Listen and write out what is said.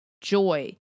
joy